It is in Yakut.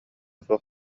суох